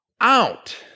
out